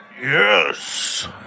Yes